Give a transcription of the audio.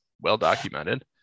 well-documented